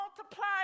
multiply